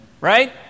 right